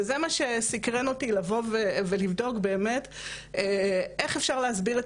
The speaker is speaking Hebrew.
וזה מה שסקרן אותי לבוא ולבדוק באמת איך אפשר להסביר את